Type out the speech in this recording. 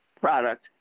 product